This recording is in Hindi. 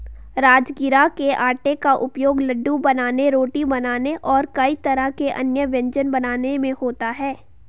राजगिरा के आटे का उपयोग लड्डू बनाने रोटी बनाने और कई तरह के अन्य व्यंजन बनाने में होता है